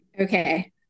okay